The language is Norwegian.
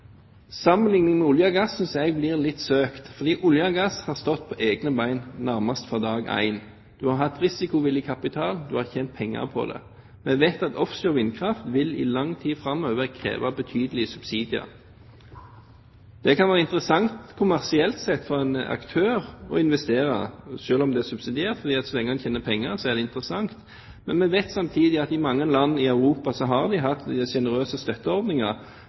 med olje og gass synes jeg blir litt søkt, for olje og gass har stått på egne ben nærmest fra dag én. Man har hatt risikovillig kapital, man har tjent penger på det. Vi vet at offshore vindkraft i lang tid framover vil kreve betydelige subsidier. Det kan være interessant kommersielt sett fra en aktørs side å investere selv om det er subsidiert, for så lenge man tjener penger, er det interessant. Men vi vet samtidig at i mange land i Europa har de hatt